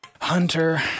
Hunter